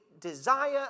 desire